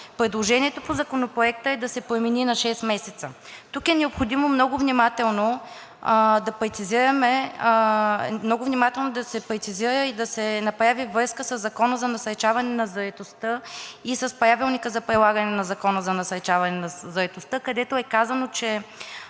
Предложението в Законопроекта е да се промени на 6 месеца. Тук е необходимо много внимателно да се прецизира и да се направи връзка със Закона за насърчаване на заетостта и с Правилника за прилагането му, където е казано, че